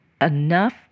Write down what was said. enough